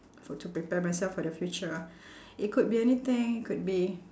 for to prepare myself for the future ah it could be anything could be